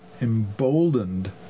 emboldened